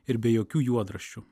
ir be jokių juodraščių